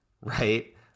right